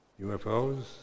UFOs